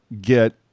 get